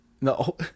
No